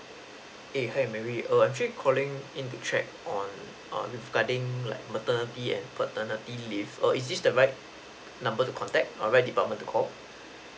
!hey! hi mary err actually calling in to check on err regarding like maternity and paternity leave err is this the right number to contact or right department to call